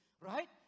right